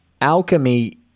alchemy